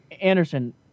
Anderson